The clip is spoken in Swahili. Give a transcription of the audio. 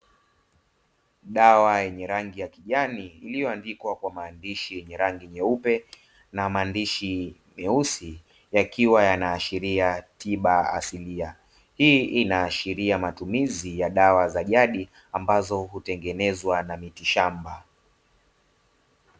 Dawa yenye rangi ya kijani, iliyoandikwa kwa maandishi yenye rangi nyeupe na maandishi meusi yakiwa yanaashiria tiba asilia, hii inaashiria matumizi ya dawa za jadi ambazo hutengenezwa na miti shamba.